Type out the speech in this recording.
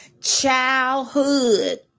childhood